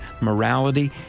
morality